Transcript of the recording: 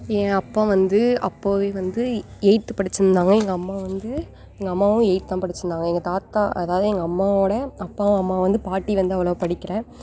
என் அப்பா வந்து அப்போவே வந்து எயித்து படித்திருந்தாங்க எங்கள் அம்மா வந்து எங்கள் அம்மாவும் எயித்தான் படித்திருந்தாங்க எங்கள் தாத்தா அதாவது எங்கள் அம்மாவோடய அப்பாவும் அம்மாவும் வந்து பாட்டி வந்து அவ்வளோவா படிக்கலை